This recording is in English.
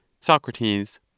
Socrates